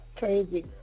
crazy